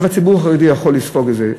אבל הציבור החרדי יכול לספוג את זה,